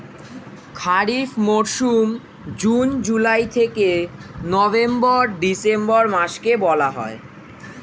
খারিফ মরশুম কোন কোন মাসকে বলা হয়?